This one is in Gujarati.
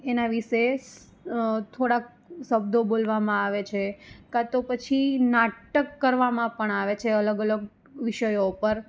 એના વિશે થોડાક શબ્દો બોલવામાં આવે છે કાંતો પછી નાટક કરવામાં આવે પણ છે અલગ અલગ વિષયો ઉપર